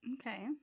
okay